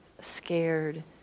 scared